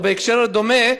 או בהקשר דומה,